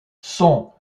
sont